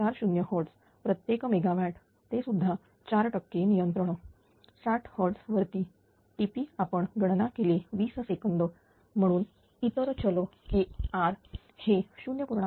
40 hertz प्रत्येक megawatt तेसुद्धा 4 टक्के नियंत्रण 60 hertz वरती TP आपण गणना केले 20 सेकंद म्हणूया इतर चल Kr हे 0